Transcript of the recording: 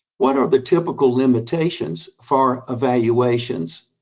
what are the typical limitations for evaluations?